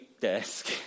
desk